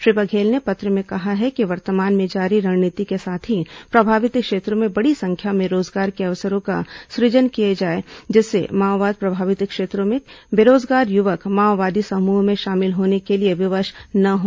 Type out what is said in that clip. श्री बघेल ने पत्र में कहा है कि वर्तमान में जारी रणनीति के साथ ही प्रभावित क्षेत्रों में बड़ी संख्या में रोजगार के अवसरों का सुजन किया जाए जिससे माओवाद प्रभावित क्षेत्रों के बेरोजगार युवक माओवादी समूहों में शामिल होने के लिए विवश न हो